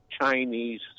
Chinese